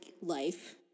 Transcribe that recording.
life